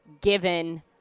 given